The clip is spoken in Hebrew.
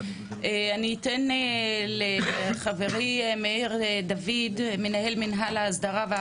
אני אתן לחברי מאיר דוד לדבר,